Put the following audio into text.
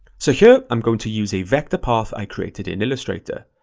so here, i'm going to use a vector path i created in illustrator.